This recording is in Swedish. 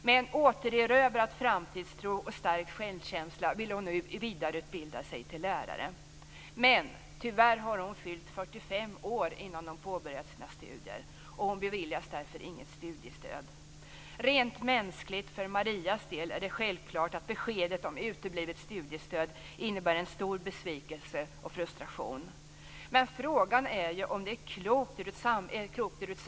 Med en återerövrad framtidstro och stärkt självkänsla vill hon nu vidareutbilda sig till lärare. Men tyvärr har hon fyllt 45 år innan hon påbörjar sina studier, och hon beviljas därför inget studiestöd. Rent mänskligt - för Marias del - är det självklart att beskedet om uteblivet studiestöd innebär en stor besvikelse och frustration. Men frågan är ju om det är klokt ur ett samhällsekonomiskt perspektiv.